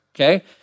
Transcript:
okay